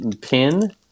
pin